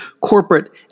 Corporate